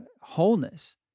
wholeness